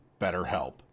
BetterHelp